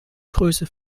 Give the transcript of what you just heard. größe